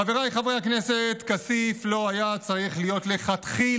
חבריי חברי הכנסת, כסיף לא היה צריך להיות לכתחילה